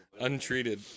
untreated